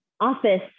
office